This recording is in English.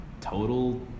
total